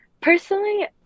Personally